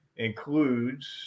Includes